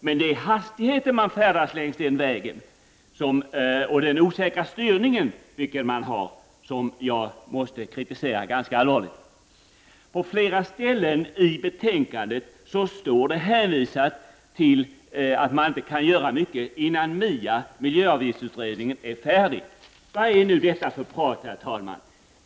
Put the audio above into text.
Men jag kritiserar allvarligt den hastighet som man färdas med längs denna väg och den osäkra styrningen. På flera ställen i betänkandet hänvisas det bara till att det inte går att göra mycket innan MIA, miljöavgiftsutredningen, är färdig med sitt arbete. Vad är det för prat, herr talman?